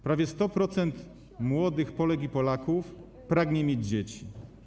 Prawie 100% młodych Polek i Polaków pragnie mieć dzieci.